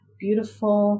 beautiful